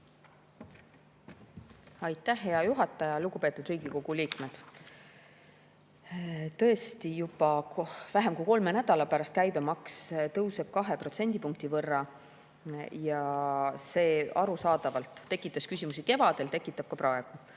Aitäh, hea juhataja! Lugupeetud Riigikogu liikmed! Tõesti, juba vähem kui kolme nädala pärast tõuseb käibemaks kahe protsendipunkti võrra. Arusaadavalt tekitas see küsimusi kevadel, tekitab ka praegu.